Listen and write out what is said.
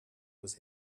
was